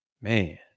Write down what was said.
man